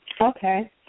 Okay